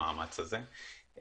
במאמץ הזה,